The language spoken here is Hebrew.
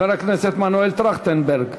חבר הכנסת מנואל טרכטנברג,